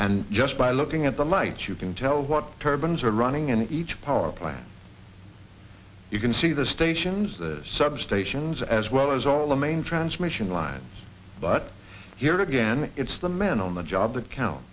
and just by looking at the lights you can tell what turbans are running in each power plant you can see the stations the substations as well as all the main transmission lines but here again it's the men on the job that count